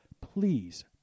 please